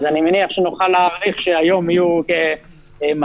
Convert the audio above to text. ואני מניח שנוכל להעריך שהיום יהיו כ-214.